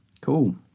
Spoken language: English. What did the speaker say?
Cool